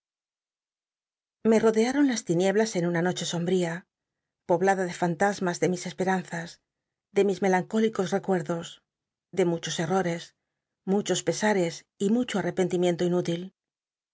me rodearon las tinieblas do una nocbesombda poblada de fantasmas de mis esperanzas de mis melancólicos recuerdos de mnchos errores muchos pesares y mncho arrepentimiento inútil